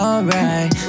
Alright